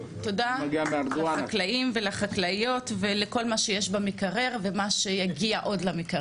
תודה לחקלאים ולחקלאיות על כל מה שנמצא במקרר ומה שעוד יגיע למקרר.